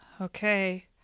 Okay